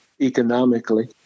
economically